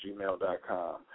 gmail.com